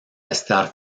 estar